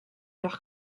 leur